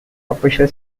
official